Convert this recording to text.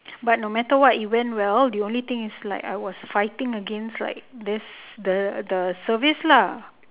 but no matter what it went well the only thing is like I was fighting against like this the the service lah